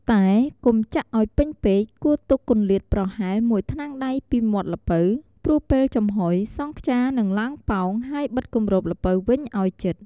តែកុំចាក់ឲ្យពេញពេក គួរទុកគម្លាតប្រហែល ១ ថ្នាំងដៃពីមាត់ល្ពៅ ព្រោះពេលចំហុយ សង់ខ្យានឹងឡើងប៉ោង ហើយបិទគម្របល្ពៅវិញឲ្យជិត។